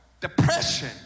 depression